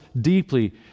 deeply